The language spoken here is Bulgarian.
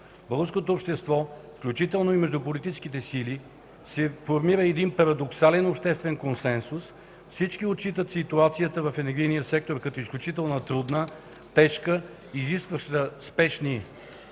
българското общество, включително и между политическите сили, се формира един парадоксален обществен консенсус – всички отчитат ситуацията в енергийния сектор като изключително трудна, тежка, изискваща спешни и